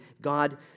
God